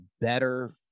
better